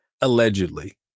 Allegedly